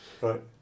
Right